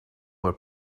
were